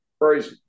crazy